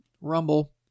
Rumble